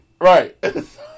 Right